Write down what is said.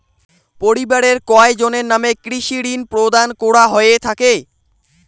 পরিবারের কয়জনের নামে কৃষি ঋণ প্রদান করা হয়ে থাকে?